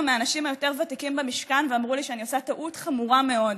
מהאנשים היותר-ותיקים במשכן ואמרו לי שאני עושה טעות חמורה מאוד,